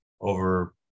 over